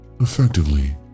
effectively